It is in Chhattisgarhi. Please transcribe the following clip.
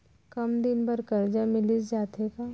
कम दिन बर करजा मिलिस जाथे का?